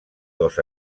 cos